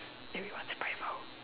everyone's a brave hole